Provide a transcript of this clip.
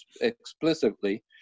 explicitly